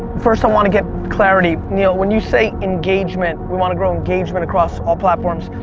first i wanna get clarity, neil, when you say engagement, we wanna grow engagement across all platforms,